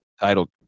title